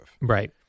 Right